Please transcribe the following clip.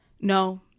no